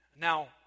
Now